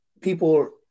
people –